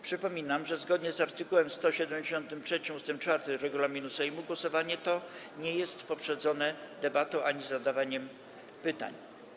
Przypominam, że zgodnie z art. 173 ust. 4 regulaminu Sejmu głosowanie to nie jest poprzedzone debatą ani zadawaniem pytań.